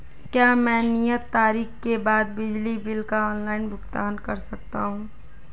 क्या मैं नियत तारीख के बाद बिजली बिल का ऑनलाइन भुगतान कर सकता हूं?